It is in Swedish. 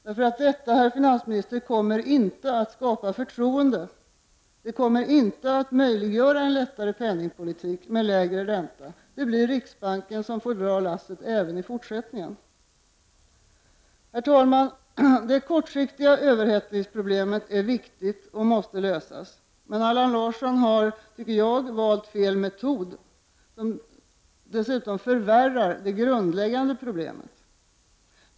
Detta, herr finansminister, kommer inte att skapa förtroende och det kommer inte att möjliggöra en lättare penningpolitik med lägre ränta. Det blir riksbanken som får dra lasset även i fortsättningen. Herr talman! Det kortsiktiga överhettningsproblemet är viktigt och måste lösas. Men Allan Larsson har, tycker jag, valt fel metod, en metod som dess utom förvärrar det grundläggande problemet.